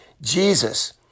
Jesus